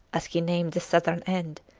as he named the southern end,